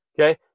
Okay